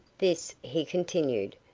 this, he continued,